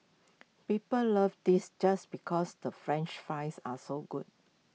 people love this just because the French fries are so good